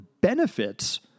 benefits